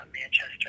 Manchester